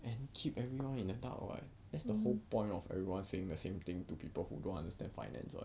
and keep everyone in the dark [what] that's the whole point of everyone saying the same thing to people who don't understand finance [what]